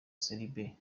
serie